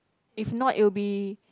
if not it will be